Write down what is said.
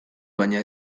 baina